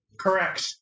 Correct